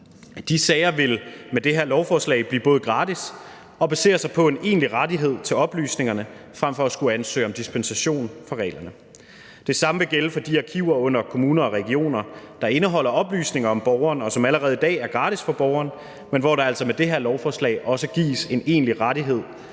De sager vil med det her lovforslag både blive gratis og basere sig på en egentlig rettighed til oplysningerne, frem for at borgeren skal ansøge om dispensation fra reglerne. Det samme vil gælde for de arkiver under kommuner og regioner, der indeholder oplysninger om borgeren, og som allerede i dag er gratis for borgeren, men hvor der altså med det her lovforslag også gives en egentlig rettighed